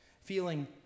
feeling